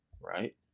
Right